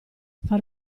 far